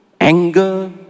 anger